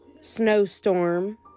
snowstorm